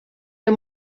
ihr